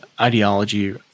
ideology